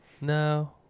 No